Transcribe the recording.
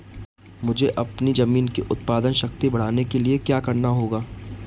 मुझे अपनी ज़मीन की उत्पादन शक्ति बढ़ाने के लिए क्या करना होगा?